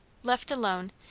left alone,